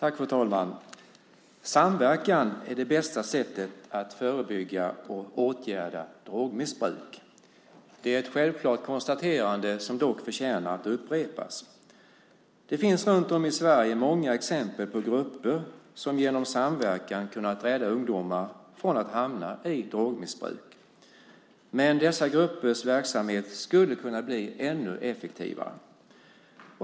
Fru talman! Samverkan är det bästa sättet att förebygga och åtgärda drogmissbruk. Det är ett självklart konstaterande som dock förtjänar att upprepas. Det finns runt om i Sverige många exempel på grupper som genom samverkan har kunnat rädda ungdomar från att hamna i drogmissbruk. Men dessa gruppers verksamhet skulle kunna bli ännu effektivare.